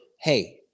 hey